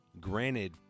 Granted